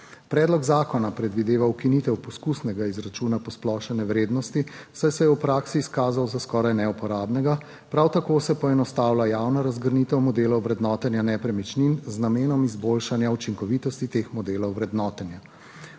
Predlog zakona predvideva ukinitev poskusnega izračuna posplošene vrednosti, saj se je v praksi izkazal za skoraj neuporabnega. **59. TRAK: (DAG) - 13.50** (nadaljevanje) Prav tako se poenostavlja javna razgrnitev modelov vrednotenja nepremičnin z namenom izboljšanja učinkovitosti teh modelov vrednotenja.